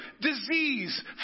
disease